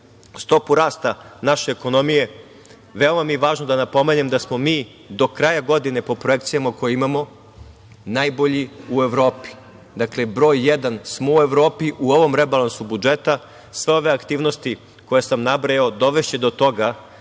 stopu rasta naše ekonomije, veoma mi je važno da napomenem da smo mi do kraja godine po projekcijama koje imamo, najbolji u Evropi. Dakle, broj jedan smo u Evropi u ovom rebalansu budžeta. Stoga, aktivnosti koje sam nabrojao dovešće do toga